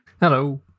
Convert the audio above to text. Hello